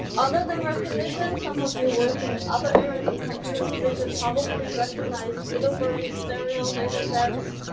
other than recognitions, some of you working other areas of computer vision probably recognize middlebury stereo datasets,